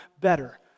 better